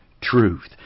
truth